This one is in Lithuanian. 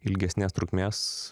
ilgesnės trukmės